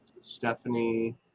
Stephanie